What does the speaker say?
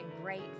great